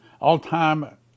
all-time